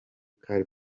car